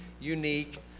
unique